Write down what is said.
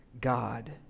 God